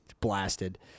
blasted